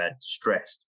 stressed